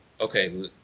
okay